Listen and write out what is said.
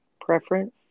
Preference